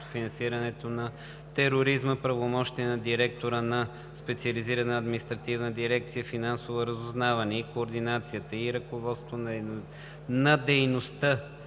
финансирането на тероризма правомощия на директора на специализирана административна дирекция „Финансово разузнаване“, и координацията и ръководството на дейността